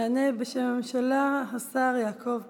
יענה בשם הממשלה השר יעקב פרי.